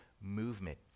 movement